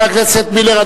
חבר הכנסת מילר,